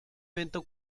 evento